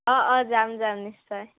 অঁ অঁ যাম যাম নিশ্চয়